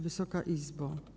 Wysoka Izbo!